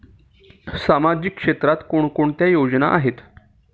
सामाजिक क्षेत्रात कोणकोणत्या योजना आहेत?